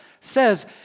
says